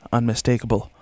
unmistakable